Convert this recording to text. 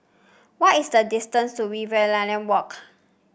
what is the distance to Riverina Walk